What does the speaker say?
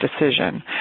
decision